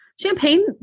champagne